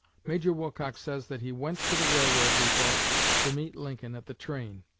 major wilcox says that he went to the railroad depot to meet lincoln at the train.